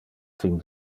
fin